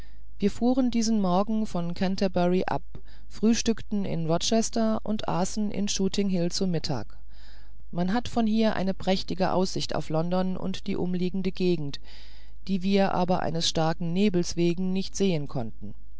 wir fuhren diesen morgen von canterbury ab frühstückten in rochester und aßen in schooting hill zu mittag man hat von hier eine prächtige aussicht auf london und die umliegende gegend die wir aber eines starken nebels wegen nicht sehen konnten